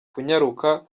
kunyaruka